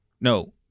no